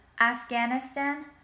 Afghanistan